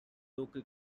local